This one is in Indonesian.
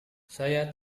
saya